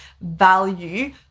value